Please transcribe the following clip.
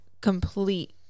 complete